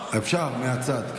אפשר מהצד.